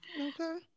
Okay